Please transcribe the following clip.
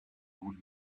would